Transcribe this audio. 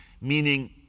meaning